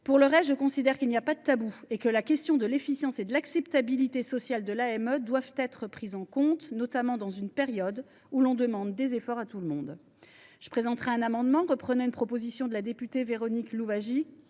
Pour le reste, je considère qu’il n’y a pas de tabou, et que l’efficience et l’acceptabilité sociale de l’AME doivent être prises en compte, notamment dans une période où l’on demande des efforts à tout le monde. Reprenant une proposition de la députée Véronique Louwagie,